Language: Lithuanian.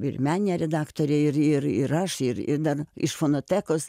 ir meninė redaktorė ir ir ir aš ir ir dar iš fonotekos